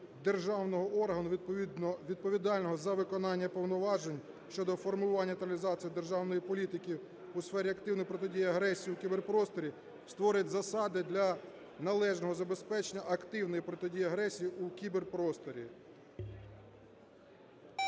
державного органу, відповідального за виконання повноважень щодо формування та реалізації державної політики у сфері активної протидії агресії у кіберпросторі, створить засади для належного забезпечення активної протидії агресії у кіберпросторі.